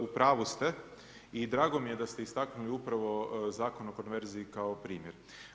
U pravu ste i drago mi je da ste istaknuli upravo Zakon o konverziji kao primjer.